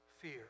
fear